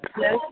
Yes